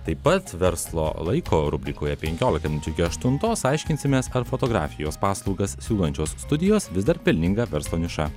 taip pat verslo laiko rubrikoje penkiolika minučių iki aštuntos aiškinsimės ar fotografijos paslaugas siūlančios studijos vis dar pelninga verslo niša